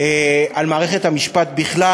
על מערכת המשפט בכלל,